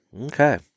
Okay